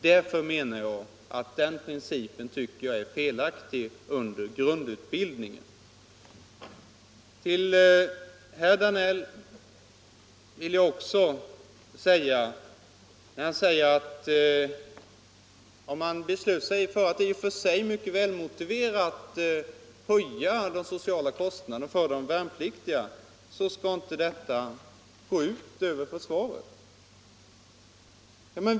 Därför menar jag att den principen är felaktig under grundutbildningen. Herr Danell sade att om man beslutar sig för att företa den i och för sig mycket välmotiverade höjningen av de sociala kostnaderna för de värnpliktiga, så skall detta inte gå ut över försvaret.